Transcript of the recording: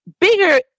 Bigger